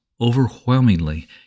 overwhelmingly